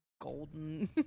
golden